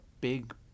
big